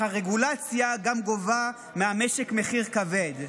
אך הרגולציה גם גובה מהמשק מחיר כבד.